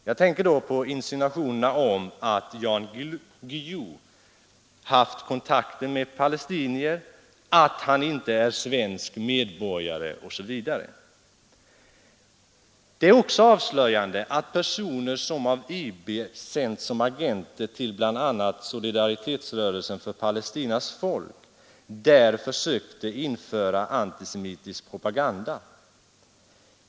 Jag tänker då på insinuationerna om att Jan Guillou haft kontakter med palestinier, att han inte är svensk medborgare osv. Det är också avslöjande att personer, som av IB sänts som agenter till bl.a. solidaritetsrörelsen för Palestinas folk, där försökte införa antisemitisk propaganda.